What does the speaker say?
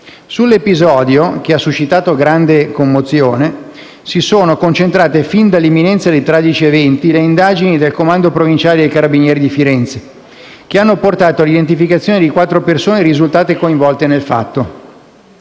Sull'episodio, che ha suscitato grande commozione, si sono concentrate fin dall'immediatezza dei tragici eventi le indagini del comando provinciale dei Carabinieri di Firenze, che hanno portato all'identificazione di quattro persone risultate coinvolte nel fatto,